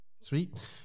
sweet